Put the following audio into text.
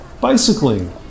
bicycling